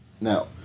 Now